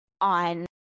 on